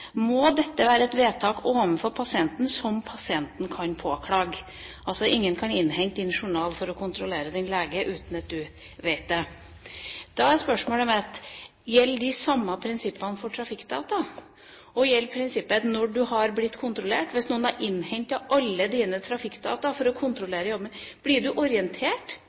må dette være et vedtak overfor pasienten som pasienten kan påklage. Altså: Ingen kan innhente din journal for å kontrollere din lege uten at du vet det. Da er spørsmålet mitt: Gjelder de samme prinsippene for trafikkdata? Gjelder prinsippet når du har blitt kontrollert? Hvis noen da innhenter alle dine trafikkdata for å kontrollere og jobbe med dem, blir du da orientert